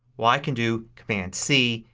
well i can do command c,